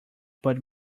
but